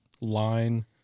line